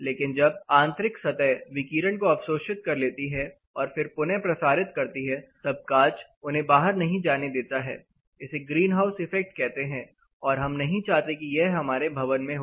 लेकिन जब आंतरिक सतह विकिरण को अवशोषित कर लेती है और फिर पुनः प्रसारित करती है तब कांच उन्हें बाहर नहीं जाने देता है इसे ग्रीन हाउस इफेक्ट कहते हैं और हम नहीं चाहते कि यह हमारे भवन में हो